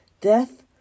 death